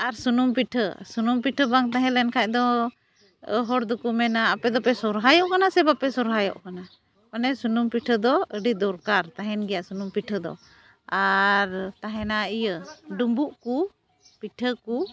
ᱟᱨ ᱥᱩᱱᱩᱢ ᱯᱤᱴᱷᱟᱹ ᱥᱩᱱᱩᱢ ᱯᱤᱴᱷᱟᱹ ᱵᱟᱝ ᱛᱟᱦᱮᱞᱮᱱ ᱠᱷᱟᱡᱫᱚ ᱦᱚᱲᱫᱚᱠᱚ ᱢᱮᱱᱟ ᱟᱯᱮᱫᱚᱯᱮ ᱥᱚᱦᱚᱨᱟᱭᱚᱜ ᱠᱟᱱᱟ ᱥᱮ ᱵᱟᱯᱮ ᱥᱚᱦᱚᱨᱟᱭᱚᱜ ᱠᱟᱱᱟ ᱚᱱᱮ ᱥᱩᱱᱩᱢ ᱯᱤᱴᱷᱟᱹᱫᱚ ᱟᱹᱰᱤ ᱫᱚᱨᱠᱟᱨ ᱛᱟᱦᱮᱱ ᱜᱮᱭᱟ ᱥᱩᱱᱩᱢ ᱯᱤᱴᱷᱟᱹᱫᱚ ᱟᱨ ᱛᱟᱦᱮᱱᱟ ᱤᱭᱟᱹ ᱰᱩᱸᱵᱩᱜᱠᱚ ᱯᱤᱴᱷᱟᱹᱠᱚ